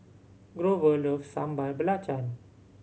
Grover loves Sambal Belacan